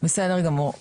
בסדר גמור,